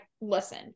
listen